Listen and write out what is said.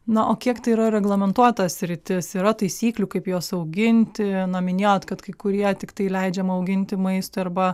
na o kiek tai yra reglamentuota sritis yra taisyklių kaip juos auginti na minėjot kad kai kurie tiktai leidžiama auginti maistui arba